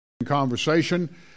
conversation